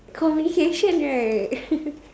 conversation right